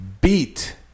beat